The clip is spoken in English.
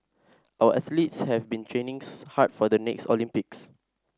our athletes have been training hard for the next Olympics